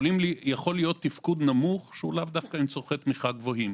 יכול להיות תפקוד נמוך שהוא לאו דווקא עם צורכי תמיכה גבוהים.